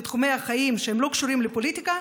לתחומי החיים שהם לא קשורים לפוליטיקה,